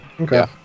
Okay